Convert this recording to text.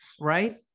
Right